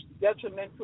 detrimental